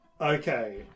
Okay